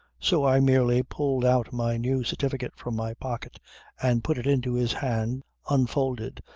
so i merely pulled out my new certificate from my pocket and put it into his hand unfolded,